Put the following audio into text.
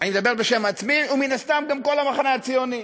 אני מדבר בשם עצמי, ומן הסתם גם על המחנה הציוני: